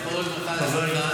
זיכרונו לברכה,